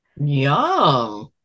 Yum